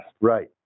Right